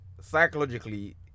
psychologically